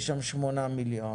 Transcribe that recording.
יש שם שמונה מיליון,